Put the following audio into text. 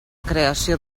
creació